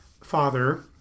father